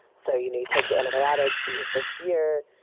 so you know take antibiotics in your first year.